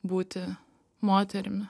būti moterimi